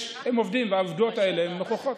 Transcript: הם עובדים עם העובדות האלה, עם הוכחות.